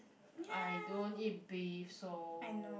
I don't eat beef so